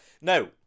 No